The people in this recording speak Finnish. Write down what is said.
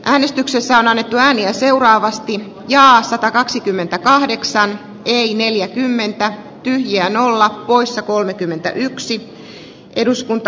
äänestyksessä on annettu ääni ja seuraavasti ja asatakaksikymmentäkahdeksan eli neljäkymmentä ja nolla poissa rönnin esitystä